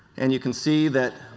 and you can see that